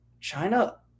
china